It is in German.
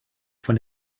von